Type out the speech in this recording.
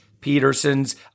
Petersons